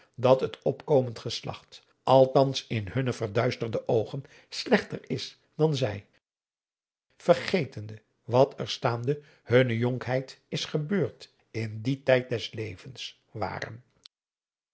dat het opkomend geslacht althans in hunne verduisterde oogen slechter is dan zij vergetende wat er staande hunne jonkheid is gebeurd in dien tijd des levens waren